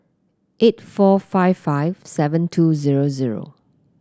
eight four five five seven two zero zero